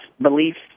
beliefs